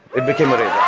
it became a rage.